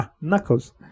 knuckles